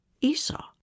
Esau